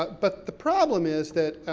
but but the problem is that,